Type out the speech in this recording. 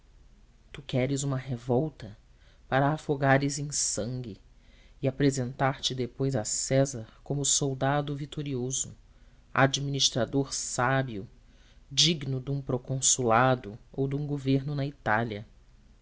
tu queres uma revolta para afogares em sangue e apresentar-te depois a césar como soldado vitorioso administrador sábio digno de um proconsulado ou de um governo na itália